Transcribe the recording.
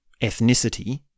ethnicity